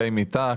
כלי מיטה,